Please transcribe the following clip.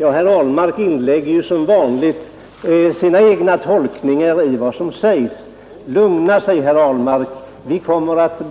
Herr Ahlmark inlägger som vanligt sina egna tolkningar i vad som sägs. Lugna sig, herr Ahlmark, vi kommer att